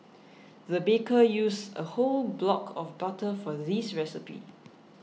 the baker used a whole block of butter for this recipe